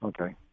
Okay